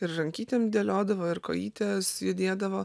ir rankytėm dėliodavo ir kojytės judėdavo